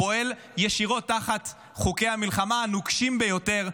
פועל ישירות תחת חוקי המלחמה הנוקשים ביותר.